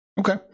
Okay